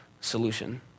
solution